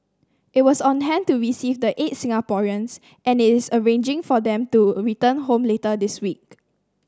it was on hand to receive the eight Singaporeans and is arranging for them to return home later this week